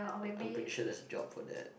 I'm pretty sure that's a job for that